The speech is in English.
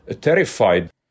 terrified